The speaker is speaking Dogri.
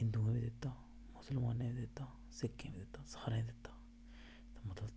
हिंदुऐं दित्ता मुसलमानें दित्ता सिक्खें दित्ता सारें दित्ता